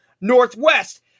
Northwest